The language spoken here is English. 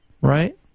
right